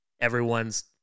everyone's